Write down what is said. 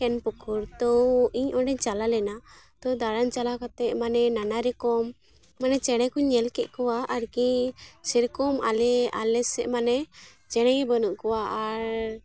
ᱠᱮᱱᱯᱩᱠᱩᱨ ᱛᱳ ᱤᱧ ᱚᱸᱰᱮᱧ ᱪᱟᱞᱟᱣ ᱞᱮᱱᱟ ᱛᱳ ᱫᱟᱬᱟᱱ ᱪᱟᱞᱟᱣ ᱠᱟᱛᱮᱫ ᱢᱟᱱᱮ ᱱᱟᱱᱟᱨᱚᱠᱚᱢ ᱢᱟᱱᱮ ᱪᱮᱬᱮᱠᱚᱧ ᱧᱮᱞᱠᱮᱫ ᱠᱚᱣᱟ ᱟᱨᱠᱤ ᱥᱮᱨᱚᱠᱚᱢ ᱟᱞᱮ ᱟᱞᱮᱥᱮᱫ ᱢᱟᱱᱮ ᱪᱮᱬᱮᱜᱮ ᱵᱟᱹᱱᱩᱜ ᱠᱚᱣᱟ ᱟᱨ